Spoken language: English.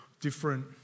different